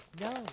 No